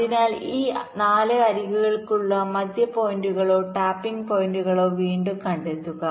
അതിനാൽ ഈ 4 അരികുകൾക്കുള്ള മധ്യ പോയിന്റുകളോ ടാപ്പിംഗ് പോയിന്റുകളോ വീണ്ടും കണ്ടെത്തുക